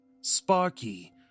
Sparky